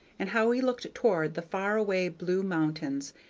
and how we looked toward the far-away blue mountains,